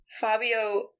Fabio